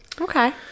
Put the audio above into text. okay